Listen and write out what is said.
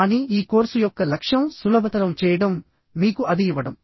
కానీ ఈ కోర్సు యొక్క లక్ష్యం సులభతరం చేయడం మీకు అది ఇవ్వడం